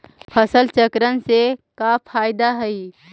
फसल चक्रण से का फ़ायदा हई?